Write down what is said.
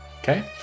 Okay